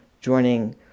joining